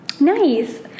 Nice